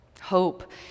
hope